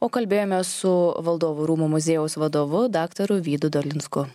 o kalbėjomės su valdovų rūmų muziejaus vadovu daktaru vydu dolinsku